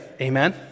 Amen